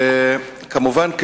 כמובן,